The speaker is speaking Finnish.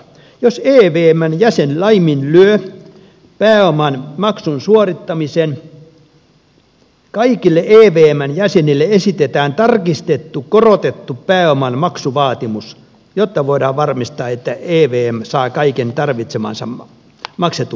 jos evmn jäsen laiminlyö pääoman maksun suorittamisen kaikille evmn jäsenille esitetään tarkistettu korotettu pääoman maksuvaatimus jotta voidaan varmistaa että evm saa kaiken tarvitsemansa maksetun pääoman